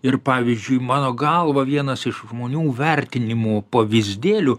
ir pavyzdžiui mano galva vienas iš žmonių vertinimo pavyzdėlių